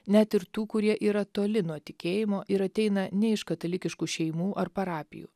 net ir tų kurie yra toli nuo tikėjimo ir ateina ne iš katalikiškų šeimų ar parapijų